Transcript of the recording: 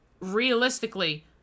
realistically